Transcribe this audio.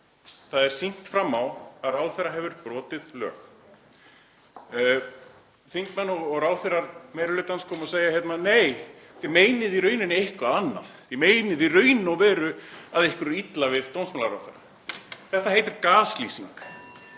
Það er sýnt fram á að ráðherra hafi brotið lög. Þingmenn og ráðherrar meiri hlutans koma og segja: Nei, þið meinið í rauninni eitthvað annað, þið meinið í raun og veru að ykkur er illa við dómsmálaráðherra. Þetta heitir gaslýsing,